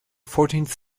fourteenth